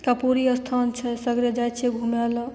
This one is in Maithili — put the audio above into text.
कपूरी स्थान छै सगरे जाइ छियै घूमे लए